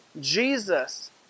Jesus